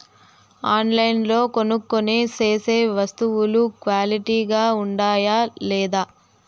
ఆన్లైన్లో కొనుక్కొనే సేసే వస్తువులు క్వాలిటీ గా ఉండాయా లేదా?